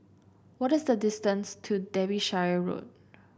what is the distance to Derbyshire Road